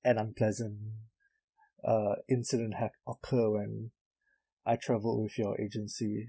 an unpleasant uh incident had occurred when I travelled with your agency